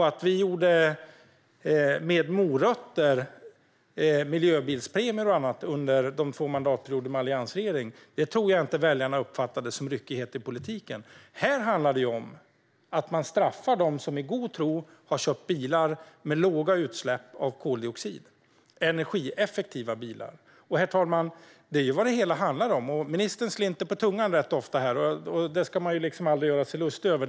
Att vi hade morötter - miljöbilspremier och annat - under de två mandatperioderna med alliansregering tror jag inte att väljarna uppfattade som ryckighet i politiken. Det som det handlar om här är att man straffar dem som i god tro har köpt bilar med låga utsläpp av koldioxid - energieffektiva bilar. Det är det hela. Ministern slinter på tungan ofta här, och det ska man aldrig göra sig lustig över.